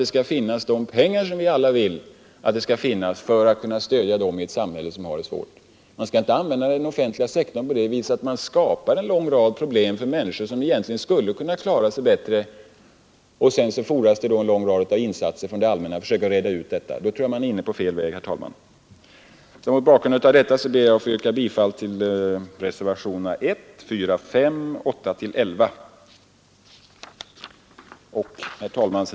Jag tror inte att man kan öka människors medbestämmande på något enkelt sätt genom att skapa fler och fler offentliganställda, dvs. utomstående som skall blanda sig i. Däremot kan man öka människors medbestämmande genom att undvika att på det offentliga lägga sådana uppgifter som de enskilda människorna skulle kunna klara bättre. Mot bakgrund av den debatt som bedrivs här i landet för närvarande förtjänar detta att understrykas.